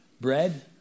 Bread